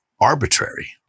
arbitrary